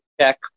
check